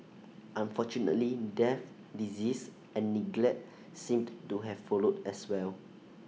unfortunately death disease and neglect seemed to have followed as well